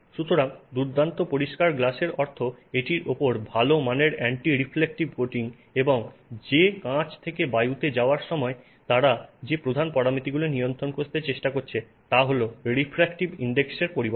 সুতরাং দুর্দান্ত পরিষ্কার গ্লাসের অর্থ এটির উপর ভাল মানের অ্যান্টি রিফ্লেকটিভ কোটিং এবং যে কাঁচ থেকে বায়ুতে যাওয়ার সময় তারা যে প্রধান পরামিতিগুলি নিয়ন্ত্রণ করতে চেষ্টা করছে তা হল রিফ্রাক্টিভ ইনডেক্সের পরিবর্তন